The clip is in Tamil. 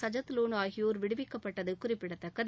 சஜத் லோன் ஆகியோர் விடுவிக்கப்பட்டது குறிப்பிடத்தக்கது